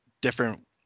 different